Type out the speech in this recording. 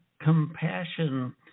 compassion